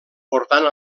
portant